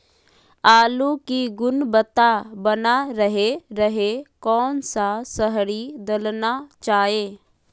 आलू की गुनबता बना रहे रहे कौन सा शहरी दलना चाये?